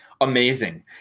amazing